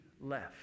left